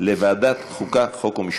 לוועדת החוקה, חוק ומשפט.